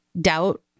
doubt